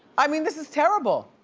i mean, this is terrible.